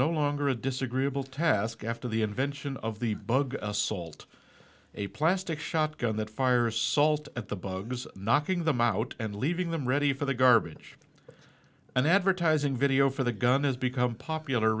no longer a disagreeable task after the invention of the bug assault a plastic shotgun that fires salt at the bugs knocking them out and leaving them ready for the garbage and advertising video for the gun has become popular